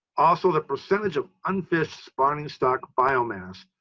also the percentage of unfished spawning stock biomass.